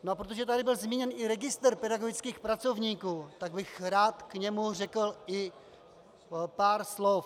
A protože tady byl zmíněn i registr pedagogických pracovníků, tak bych rád k němu řekl i pár slov.